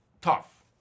tough